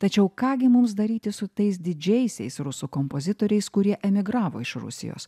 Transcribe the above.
tačiau ką gi mums daryti su tais didžiaisiais rusų kompozitoriais kurie emigravo iš rusijos